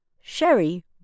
Sherry